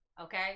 Okay